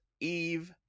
Eve